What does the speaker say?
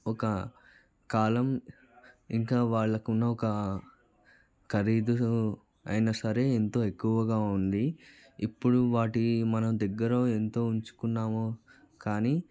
ఒక కాలం ఇంకా వాళ్ళకు ఉన్న ఒక ఖరీదు అయినా సరే ఎంతో ఎక్కువగా ఉంది ఇప్పుడు వాటిని మనం దగ్గర ఎంతో ఉంచుకున్నామో కానీ